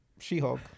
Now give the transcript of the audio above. she-hulk